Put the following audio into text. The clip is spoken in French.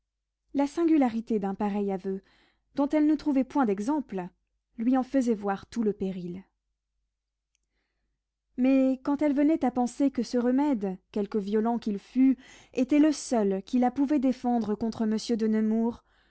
la singularité d'un pareil aveu dont elle ne trouvait point d'exemple lui en faisait voir tout le péril mais quand elle venait à penser que ce remède quelque violent qu'il fût était le seul qui la pouvait défendre contre monsieur de nemours